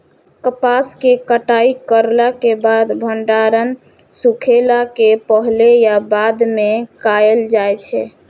कपास के कटाई करला के बाद भंडारण सुखेला के पहले या बाद में कायल जाय छै?